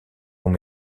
long